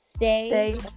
Stay